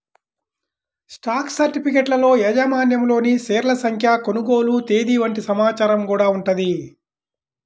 stock సర్టిఫికెట్లలో యాజమాన్యంలోని షేర్ల సంఖ్య, కొనుగోలు తేదీ వంటి సమాచారం గూడా ఉంటది